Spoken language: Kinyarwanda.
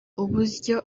uburyo